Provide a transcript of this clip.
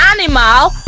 animal